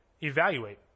evaluate